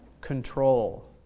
control